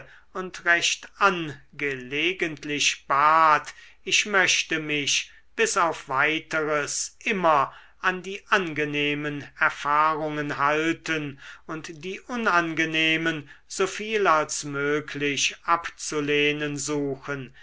und recht angelegentlich bat ich möchte mich bis auf weiteres immer an die angenehmen erfahrungen halten und die unangenehmen so viel als möglich abzulehnen suchen